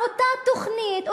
על אותה תוכנית,